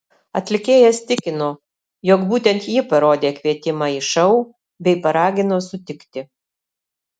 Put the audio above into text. atlikėjas tikino jog būtent ji parodė kvietimą į šou bei paragino sutikti